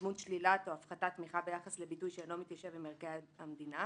בדמות שלילת או הפחתת תמיכה ביחס לביטוי שאינו מתיישב עם ערכי המדינה.